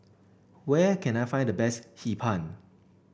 where can I find the best Hee Pan